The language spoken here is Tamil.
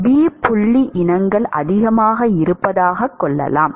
B புள்ளி இனங்கள் அதிகமாக இருப்பதாகக் கொள்ளலாம்